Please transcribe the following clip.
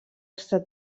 estat